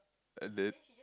and then